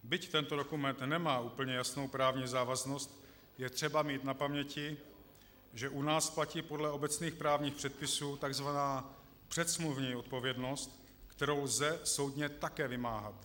Byť tento dokument nemá úplně jasnou právní závaznost, je třeba mít na paměti, že u nás platí podle obecných právních předpisů tzv. předsmluvní odpovědnost, kterou lze soudně také vymáhat.